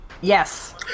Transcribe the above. Yes